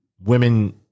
women